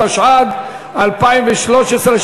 התשע"ג 2013,